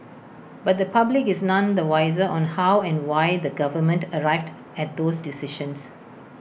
but the public is none the wiser on how and why the government arrived at those decisions